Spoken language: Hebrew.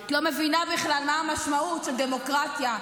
--- את לא מבינה בכלל מה המשמעות של דמוקרטיה.